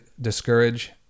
discourage